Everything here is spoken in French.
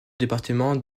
département